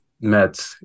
met